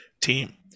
team